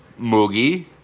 Moogie